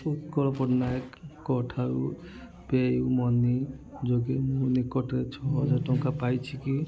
ଉତ୍କଳ ପଟ୍ଟନାୟକଙ୍କ ଠାରୁ PayUmoney ଯୋଗେ ମୁଁ ନିକଟରେ ଛଅହଜାର ଟଙ୍କା ପାଇଛି କି